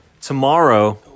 Tomorrow